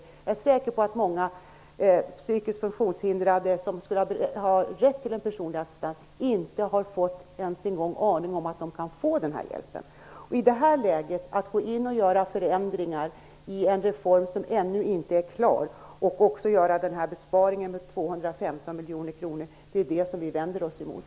Jag är säker på att många psykiskt funktionshindrade som skulle ha haft rätt till personlig assistans inte ens har fått en aning om att de kan få denna hjälp. Att man i det här läget går in och gör förändringar i en reform som ännu inte är klar och att man genomför den här besparingen på 215 miljoner kronor är vad vi vänder oss mot.